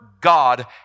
God